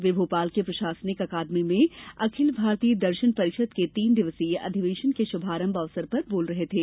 वे भोपाल की प्रशासनिक अकादमी में अखिल भारतीय दर्शन परिषद के तीन दिवसीय अधिवेशन के श्भारंभ अवसर पर बोल रहे थे